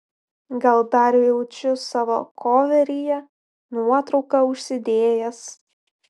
gal dar jaučiu savo koveryje nuotrauką užsidėjęs